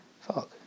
fuck